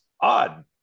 odd